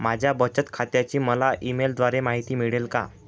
माझ्या बचत खात्याची मला ई मेलद्वारे माहिती मिळेल का?